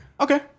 Okay